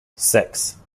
six